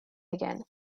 again